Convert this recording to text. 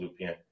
Lupien